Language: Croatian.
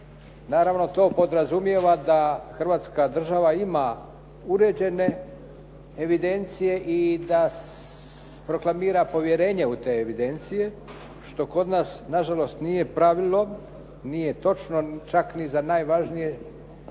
Naravno, to podrazumijeva da Hrvatska država ima uređene evidencije i da proklamira povjerenje u te evidencije što kod nas nažalost nije pravilo. Nije točno čak ni za najvažniju